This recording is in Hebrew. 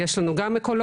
יש לנו גם אקולוגית,